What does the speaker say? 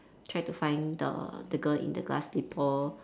try to find the the girl in the glass slipper